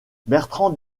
bertrand